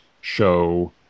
show